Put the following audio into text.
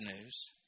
news